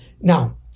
Now